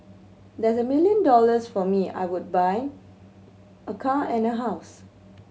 there's a million dollars for me I would buy a car and a house